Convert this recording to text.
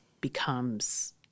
becomes